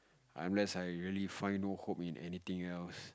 unless I really find no hope in anything else